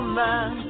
man